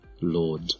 lord